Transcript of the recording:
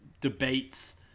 debates